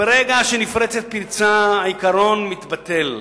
ברגע שנפרצת פרצה, העיקרון מתבטל.